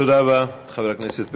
תודה רבה, חבר הכנסת פרי.